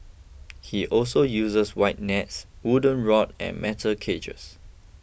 he also uses wide nets wooden rod and metal cages